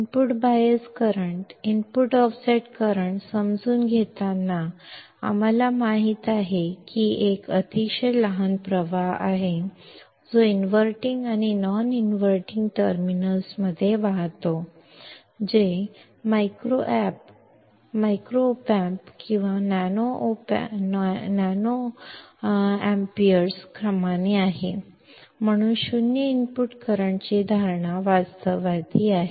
input bias current input offset current समजून घेताना आम्हाला माहित आहे की एक अतिशय लहान प्रवाह आहे जो इनव्हर्टिंग आणि नॉन इनव्हर्टिंग टर्मिनल्समध्ये वाहतो जे मायक्रोअँप्स ते नॅनोअँप्सच्या क्रमाने आहे म्हणून 0 इनपुट करंटची धारणा वास्तववादी आहे